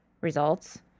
results